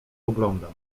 oglądam